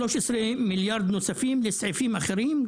ויש 13 מיליארד ₪ נוספים לסעיפים אחרים,